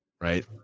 right